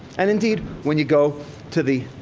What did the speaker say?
and indeed, when you go to the